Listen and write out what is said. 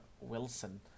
Wilson